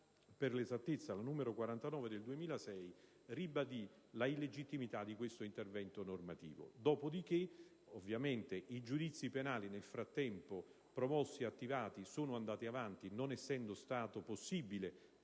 per l'esattezza la n. 49 del 2006, ribadì l'illegittimità di questo intervento normativo. Dopodiché, ovviamente i giudizi penali, nel frattempo promossi e attivati, sono andati avanti, non essendo stato possibile